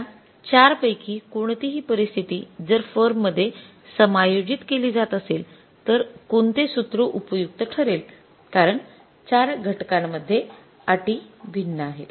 या चार पैकी कोणतीही परिस्थिती जर फर्ममध्ये समायोजित केली जात असेल तर कोणते सूत्र उपयुक्त ठरेल कारण चार घटनांमध्ये अटी भिन्न आहेत